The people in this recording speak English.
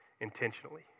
intentionally